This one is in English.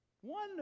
One